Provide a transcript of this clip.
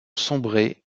sombrer